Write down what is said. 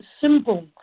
simple